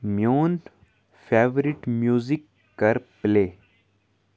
میون favourite music کَر play